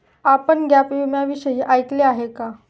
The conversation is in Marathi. आपण गॅप विम्याविषयी ऐकले आहे का?